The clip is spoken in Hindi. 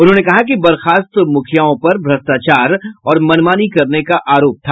उन्होंने कहा कि बर्खास्त मुखियाओं पर भ्रष्टाचार और मनमानी करने का आरोप था